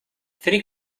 three